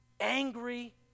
angry